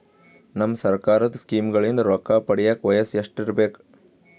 ನಮ್ಮ ಸರ್ಕಾರದ ಸ್ಕೀಮ್ಗಳಿಂದ ರೊಕ್ಕ ಪಡಿಯಕ ವಯಸ್ಸು ಎಷ್ಟಿರಬೇಕು?